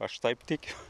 aš taip tikiu